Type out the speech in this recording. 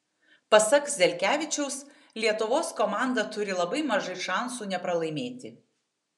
pasak zelkevičiaus lietuvos komanda turi labai mažai šansų nepralaimėti